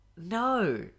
No